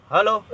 Hello